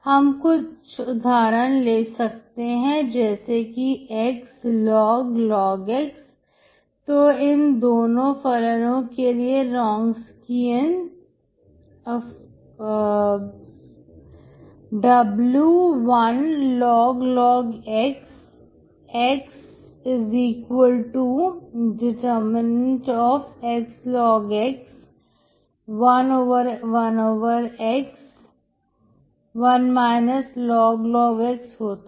हम कुछ उदाहरण ले सकते हैं जैसे कि xlog x तो इन दोनों फलनओं के लिए Wronskian hese two functions W1log x x ∶ x log x 1 1x 1 log x होता है